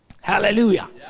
Hallelujah